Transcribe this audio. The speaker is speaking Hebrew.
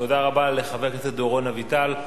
תודה רבה לחבר הכנסת דורון אביטל.